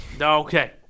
Okay